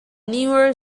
newer